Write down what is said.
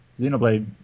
Xenoblade